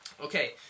Okay